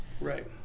Right